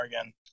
again